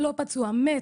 מת,